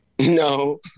No